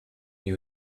you